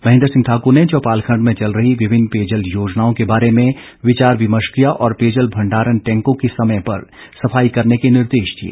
महेन्द्र सिंह ठाकर ने चौपाल खंड में चल रही विभिन्न पेयजल योजनाओं के बारे में विचार विमर्श किया और पेयजल भंडारण टैंकों की समय पर सफाई करने के निर्देश दिए